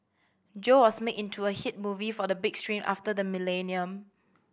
Joe was made into a hit movie for the big screen after the millennium